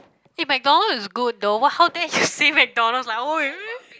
eh McDonald's is good though what how dare you say McDonald's like !oi!